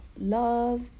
Love